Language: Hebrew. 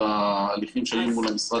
הכוונה.